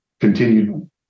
continued